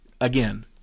again